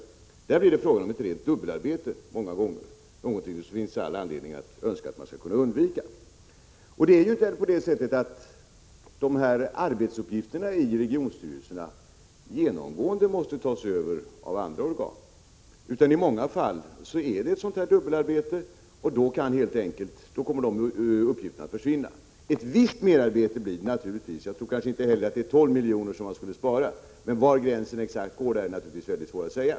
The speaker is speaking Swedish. Många gånger är det fråga om ett rent dubbelarbete, och det är ju någonting som man har all anledning att önska att man skall kunna undvika. Det är inte så, att arbetsuppgifterna i regionstyrelserna genomgående måste tas över av andra organ. Men i många fall rör det sig, som sagt, om uppgifter som innebär ett dubbelarbete, och sådana uppgifter kommer att försvinna. Men naturligtvis blir det ett visst merarbete. I och för sig tror jag inte man sparar 12 miljoner. Självfallet är det väldigt svårt att säga exakt var gränsen går.